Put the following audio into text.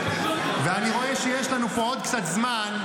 אני רואה שיש לנו פה עוד קצת זמן,